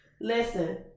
Listen